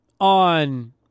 on